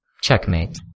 Checkmate